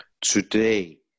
today